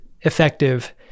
effective